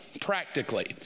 practically